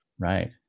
Right